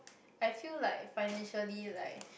I feel like financially like